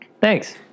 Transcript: Thanks